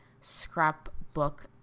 scrapbook